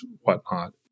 whatnot